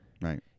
Right